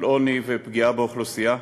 על עוני ופגיעה באוכלוסייה.